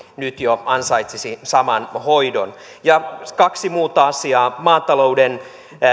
nyt jo ansaitsisi saman hoidon ja kaksi muuta asiaa maatalouden